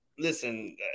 Listen